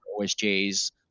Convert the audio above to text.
OSJs